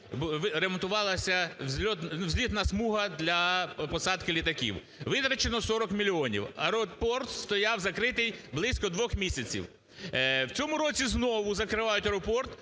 ремонтувалася злітна смуга для посадки літаків. Витрачено 40 мільйонів. Аеропорт стояв закритий близько двох місяців. В цьому році знову закривають аеропорт